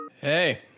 Hey